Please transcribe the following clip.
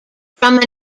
from